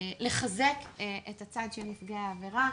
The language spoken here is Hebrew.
לחזק את הצד של נפגע העבירה.